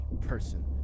person